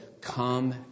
come